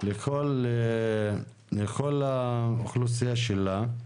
לכל האוכלוסייה שלה,